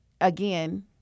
again